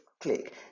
click